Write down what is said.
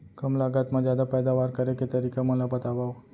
कम लागत मा जादा पैदावार करे के तरीका मन ला बतावव?